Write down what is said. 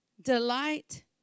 delight